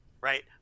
right